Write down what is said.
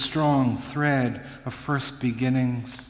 strong thread of first beginnings